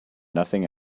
nothing